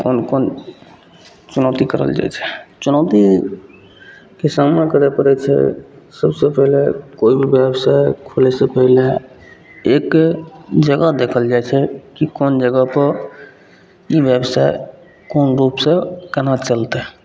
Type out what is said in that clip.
कोन कोन चुनौती करल जाइ छै चुनौतीके सामना करै पड़ै छै सबसे पहिले कोइ भी बेवसाइ खोलैसे पहिले एक जगह देखल जाइ छै कि कोन जगहपर ई बेवसाइ कोन रूपसे कोनाके चलतै